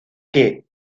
que